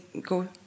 go